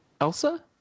Elsa